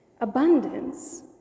Abundance